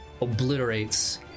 obliterates